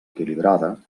equilibrada